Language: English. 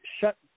shut